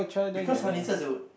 because honey stars it would